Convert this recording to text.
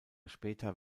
später